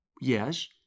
Yes